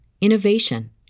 innovation